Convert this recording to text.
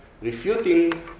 refuting